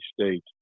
State